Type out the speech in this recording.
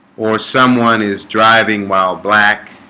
or someone is driving while black